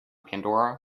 pandora